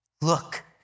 Look